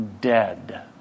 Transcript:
dead